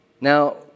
Now